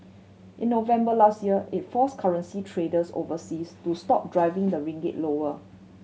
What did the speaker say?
in November last year it forced currency traders overseas to stop driving the ringgit lower